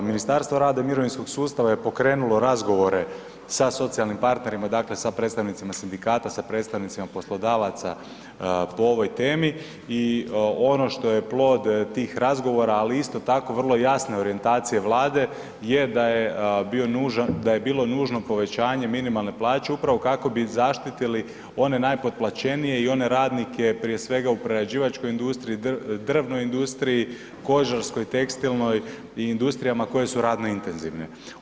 Ministarstvo rada i mirovinskog sustava je pokrenulo razgovore sa socijalnim partnerima, dakle sa predstavnicima sindikata, sa predstavnicima poslodavaca, po ovoj temi i ono što je plod tih razgovora, ali isto tako vrlo jasne orijentacije Vlade jer da je bilo nužno povećanje minimalne plaće upravo kako bi zaštitili one najpotplaćenije i one radnike, prije svega u prerađivačkoj industriji, drvnoj industriji, kožarskoj, tekstilnoj i industrijama koje su radno intenzivne.